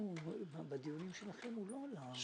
בדיונים שלכם הוא לא עלה.